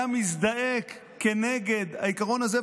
היה מזדעק כנגד העיקרון הזה?